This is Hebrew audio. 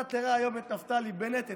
אתה תראה שנפתלי בנט,